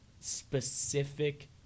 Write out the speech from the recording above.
specific